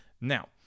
Now